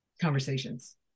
conversations